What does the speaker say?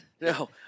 no